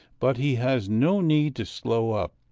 but he has no need to slow up,